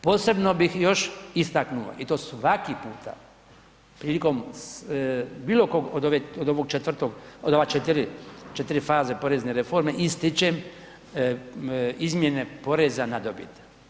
Posebno bih još istaknuo i to svaki puta prilikom bilo kod od ove 4 faze porezne reforme ističem izmjene poreza na dobit.